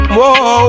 Whoa